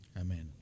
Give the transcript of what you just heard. Amen